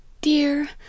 dear